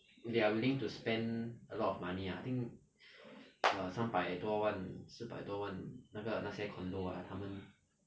they are willing to spend a lot of money I think err 三百多万四百多万那个那些 condo ah 他们